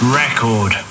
record